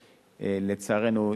לצערנו,